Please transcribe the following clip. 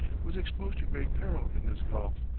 was exposed to great peril in this gulf,